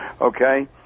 okay